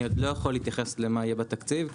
אני לא יכול להתייחס למה שיהיה בתקציב.